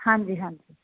ਹਾਂਜੀ ਹਾਂਜੀ